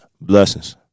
Blessings